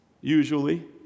usually